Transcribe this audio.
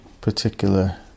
particular